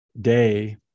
day